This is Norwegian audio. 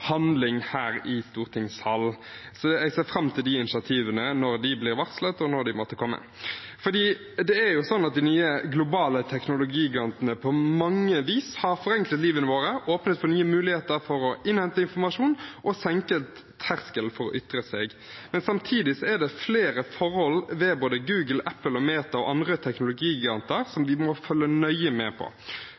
handling her i stortingssalen. Jeg ser fram til de initiativene – når de blir varslet, og når de måtte komme. De nye globale teknologigantene har på mange vis forenklet livene våre, åpnet for nye muligheter for å innhente informasjon og senket terskelen for å ytre seg. Samtidig er det flere forhold ved både Google, Apple, Meta og andre teknologigiganter vi må følge nøye med på,